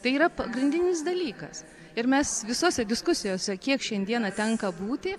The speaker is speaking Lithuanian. tai yra pagrindinis dalykas ir mes visose diskusijose kiek šiandieną tenka būti